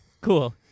cool